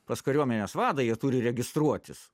pas kariuomenės vadą jie turi registruotis